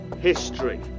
history